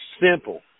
simple